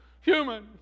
human